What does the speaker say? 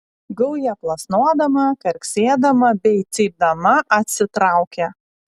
gauja plasnodama karksėdama bei cypdama atsitraukė